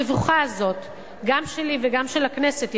המבוכה הזאת גם שלי וגם של הכנסת,